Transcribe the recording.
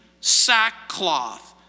sackcloth